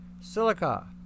silica